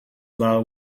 well